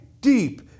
deep